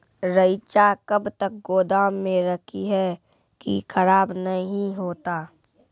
रईचा कब तक गोदाम मे रखी है की खराब नहीं होता?